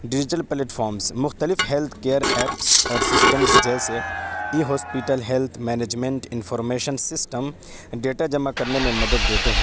digital platforms مختلف health care apps اور systems جیسے e hospital health management information system data جمع کرنے میں مدد دیتے ہیں